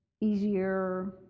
easier